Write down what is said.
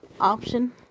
option